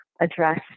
address